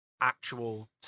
Actual